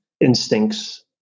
instincts